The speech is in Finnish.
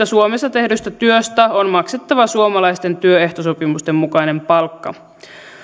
suomesta tehdystä työstä on maksettava suomalaisten työehtosopimusten mukainen palkka